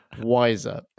Wiser